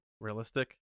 realistic